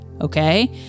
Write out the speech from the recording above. okay